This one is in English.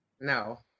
No